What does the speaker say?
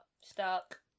stuck